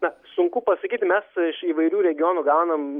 na sunku pasakyti mes iš įvairių regionų gaunam